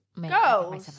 Go